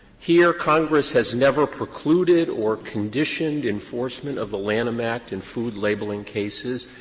here congress has never precluded or conditioned enforcement of the lanham act in food labeling cases,